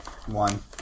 One